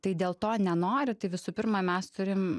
tai dėl to nenori tai visų pirma mes turim